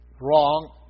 wrong